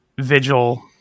vigil